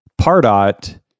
Pardot